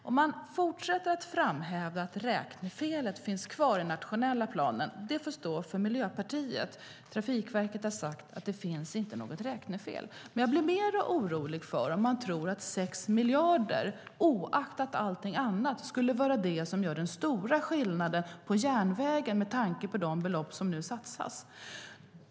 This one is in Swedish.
Att man fortsätter att hävda att räknefelet finns kvar i den nationella planen får stå för Miljöpartiet. Trafikverket har sagt att det inte finns något räknefel. Jag blir mer orolig när man tror att 6 miljarder, oaktat allt annat, skulle vara det som gör den stora skillnaden för järnvägen, med tanke på de belopp som nu satsas.